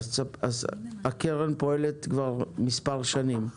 הקרן פועלת כבר מספר שנים.